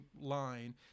line